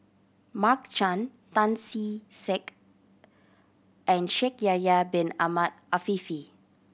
Mark Chan Tan See Sek and Shaikh Yahya Bin Ahmed Afifi